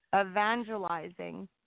evangelizing